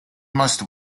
must